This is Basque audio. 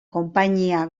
konpainia